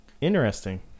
Interesting